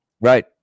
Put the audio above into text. Right